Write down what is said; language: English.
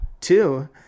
two